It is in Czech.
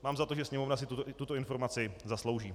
Mám za to, že Sněmovna si tuto informaci zaslouží.